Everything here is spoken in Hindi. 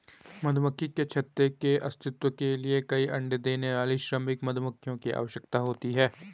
मधुमक्खी के छत्ते के अस्तित्व के लिए कई अण्डे देने वाली श्रमिक मधुमक्खियों की आवश्यकता होती है